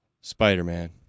Spider-Man